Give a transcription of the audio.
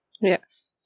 Yes